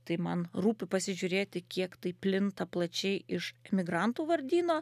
tai man rūpi pasižiūrėti kiek tai plinta plačiai iš emigrantų vardyno